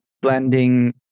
blending